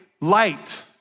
light